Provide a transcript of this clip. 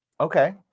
okay